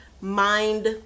Mind